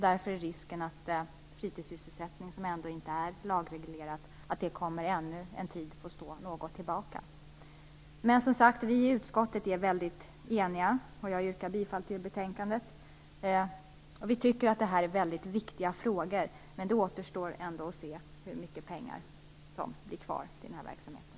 Därför är risken att fritidssysselsättning som inte är lagreglerad verksamhet ännu en tid kommer att få stå tillbaka. Vi i utskottet är som sagt väldigt eniga. Jag yrkar bifall till hemställan i betänkandet. Vi tycker att det är väldigt viktiga frågor, men det återstår ändå att se hur mycket pengar som blir kvar till verksamheten.